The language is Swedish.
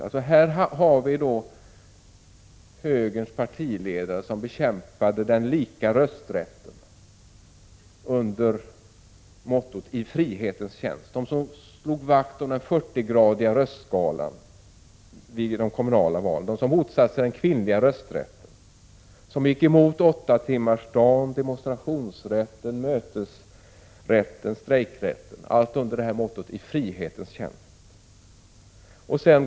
Här hade vi då under mottot I frihetens tjänst högerns partiledare, som bekämpade den lika rösträtten, som slog vakt om den 40-gradiga röstskalan vid de kommunala valen, som motsatte sig den kvinnliga rösträtten, som gick emot åttatimmarsdagen, demonstrationsrätten, mötesrätten och strejkrätten.